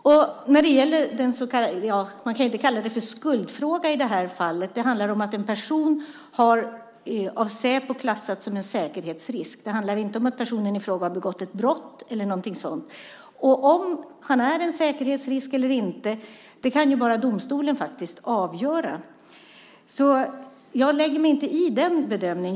Man kan ju inte tala om skuldfråga i det här fallet, utan det handlar om att en person av Säpo har klassats som en säkerhetsrisk. Det handlar inte om att personen i fråga har begått ett brott eller någonting sådant. Det är bara domstolen som kan avgöra om han är en säkerhetsrisk eller inte. Jag lägger mig inte i den bedömningen.